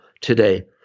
today